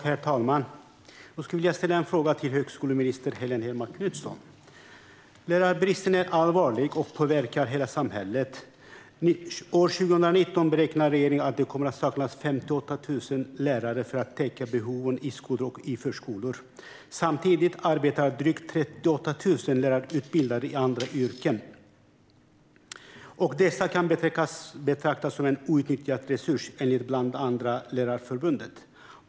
Herr talman! Jag vill ställa en fråga till högskoleminister Helene Hellmark Knutsson. Lärarbristen är allvarlig och påverkar hela samhället. År 2019 beräknar regeringen att det kommer att saknas 58 000 lärare för att täcka behoven i skolor och förskolor. Samtidigt arbetar drygt 38 000 lärarutbildade i andra yrken. Dessa kan betraktas som en outnyttjad resurs enligt bland andra Lärarförbundet.